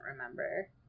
remember